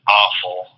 awful